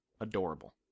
adorable